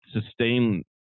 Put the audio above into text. sustain